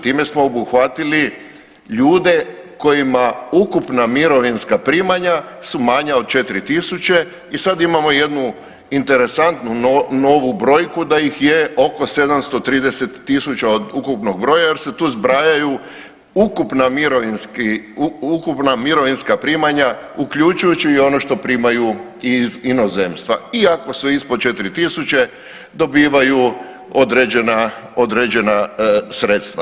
Time smo obuhvatili ljude kojima ukupna mirovinska primanja su manja od 4000 i sad imamo jednu interesantnu novu brojku da ih je oko 730 000 od ukupnog broja jer se tu zbrajaju ukupna mirovinska primanja uključujući i ono što primaju i iz inozemstva i ako su ispod 4000 dobivaju određena sredstva.